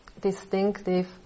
distinctive